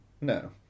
no